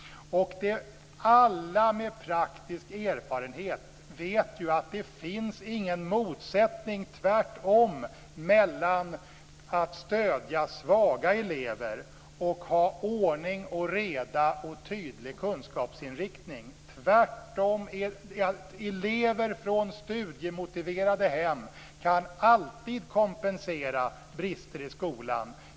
Alla med praktisk erfarenhet vet att det inte finns någon motsättning, tvärtom, mellan att stödja svaga elever och att ha ordning och reda samt en tydlig kunskapsinriktning. Elever från studiemotiverade hem kan alltid kompensera brister i skolan.